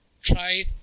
try